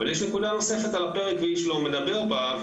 אבל יש נקודה נוספת על הפרק ואיש לא מדבר בה,